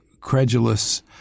credulous